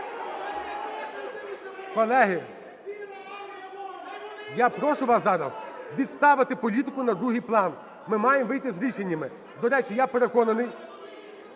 Колеги, я прошу вас зараз відставити політику на другий план. Ми маємо вийти з рішеннями. До речі, я переконаний,